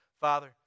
Father